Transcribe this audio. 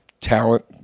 talent